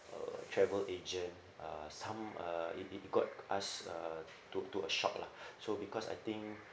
travel agent uh some uh it it got us uh took took a shock lah so because I think